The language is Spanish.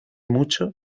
mucho